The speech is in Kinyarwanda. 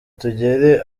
tugere